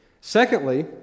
Secondly